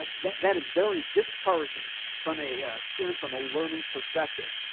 and that that is very discouraging from a student from a learning perspective.